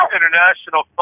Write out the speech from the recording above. International